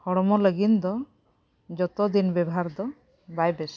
ᱦᱚᱲᱢᱚ ᱞᱟᱹᱜᱤᱫ ᱫᱚ ᱡᱷᱚᱛᱚ ᱫᱤᱱ ᱵᱮᱵᱷᱟᱨ ᱫᱚ ᱵᱟᱭ ᱵᱮᱥᱟ